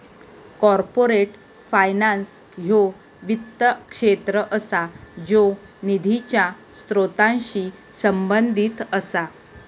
corporate finance ह्यो वित्त क्षेत्र असा ज्यो निधीच्या स्त्रोतांशी संबंधित असा